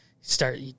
start